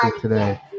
today